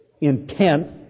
intent